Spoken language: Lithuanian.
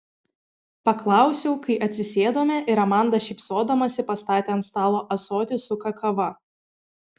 paklausiau kai atsisėdome ir amanda šypsodamasi pastatė ant stalo ąsotį su kakava